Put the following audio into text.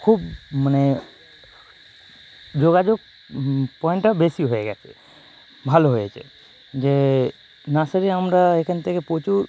খুব মানে যোগাযোগ পয়েন্টটা বেশি হয়ে গিয়েছে ভালো হয়েছে যে নার্সারি আমরা এখান থেকে প্রচুর